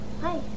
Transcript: hi